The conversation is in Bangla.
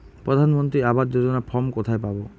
প্রধান মন্ত্রী আবাস যোজনার ফর্ম কোথায় পাব?